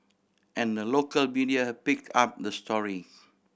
and the local media picked up the story